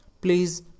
Please